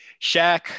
Shaq